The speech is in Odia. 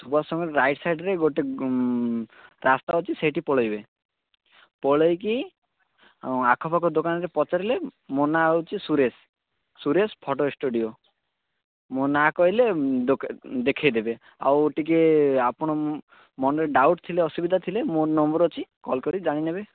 ସୁବାସ ଛକ ରାଇଟ ସାଇଡ଼ରେ ଗୋଟେ ଟ୍ରାନ୍ସଫର୍ମ ଅଛି ସେଇଟି ପଳେଇବେ ପଳେଇକି ଆଖପାଖ ଦୋକାନରେ ପଚାରିଲେ ମୋ ନାଁ ହେଉଛି ସୁରେଶ ସୁରେଶ ଫଟୋ ଷ୍ଟୁଡିଓ ମୋ ନାଁ କହିଲେ ଦୋକାନ ଦେଖେଇଦେବେ ଆଉ ଟିକେ ଆପଣ ମନରେ ଡାଉଟ ଥିଲେ ଅସୁବିଧା ଥିଲେ ମୋର ନମ୍ବର ଅଛି କଲ୍ କରିକି ଜାଣିନେବେ